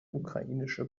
ukrainische